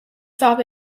stop